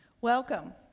Welcome